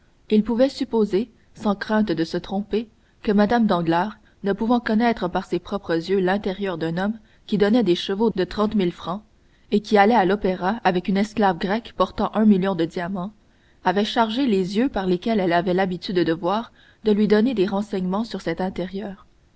il pouvait supposer sans crainte de se tromper que mme danglars ne pouvant connaître par ses propres yeux l'intérieur d'un homme qui donnait des chevaux de trente mille francs et qui allait à l'opéra avec une esclave grecque portant un million de diamants avait chargé les yeux par lesquels elle avait l'habitude de voir de lui donner des renseignements sur cet intérieur